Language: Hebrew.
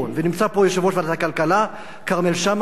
נמצא פה יושב-ראש ועדת הכלכלה כרמל שאמה,